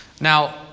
Now